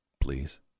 Please